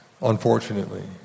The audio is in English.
unfortunately